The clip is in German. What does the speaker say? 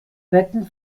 wetten